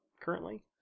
currently